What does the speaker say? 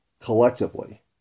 collectively